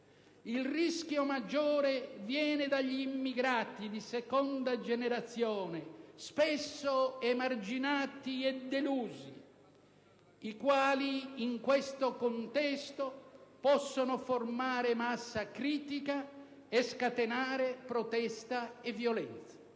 Il rischio maggiore viene dagli immigrati di seconda generazione, spesso emarginati e delusi, i quali in questo contesto possono formare massa critica e scatenare protesta e violenze;